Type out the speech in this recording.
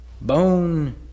bone